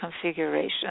configuration